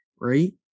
right